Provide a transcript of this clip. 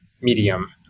medium